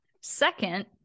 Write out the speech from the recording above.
Second